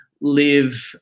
live